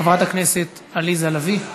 חברת הכנסת עליזה לביא,